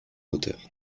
auteur